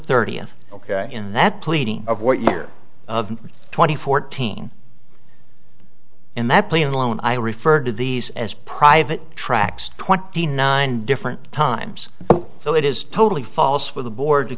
thirtieth ok in that pleading of what year twenty fourteen in that plane alone i refer to these as private tracks twenty nine different times so it is totally false for the board t